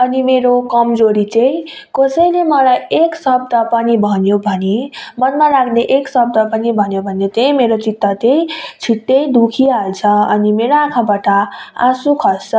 अनि मेरो कमजोरी चाहिँ कसैले मलाई एक शब्द पनि भन्यो भने मनमा लाग्ने एक शब्द पनि भन्यो भने चाहिँ मेरो चित्त चाहिँ छिट्टै दुःखिहाल्छ अनि मेरा आँखाबाट आँसु खस्छ